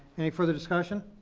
any further discussion?